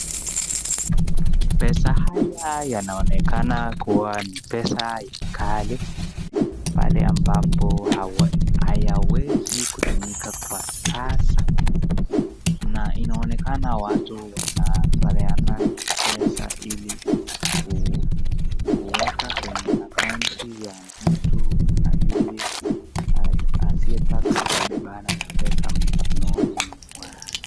Pesa haya yanaonekana kuwa ni pesa kali pale ambapo hayawezi kutumika kwa sasa, na inaonekana watu wanapeana pesa ili ku, kuweka kwenye akaunti ya mtu aliye, asiyetaka kubebana na pesa mkononi mwake.